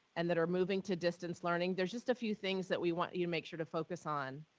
and that are moving to distance learning, there's just a few things that we want you to make sure to focus on.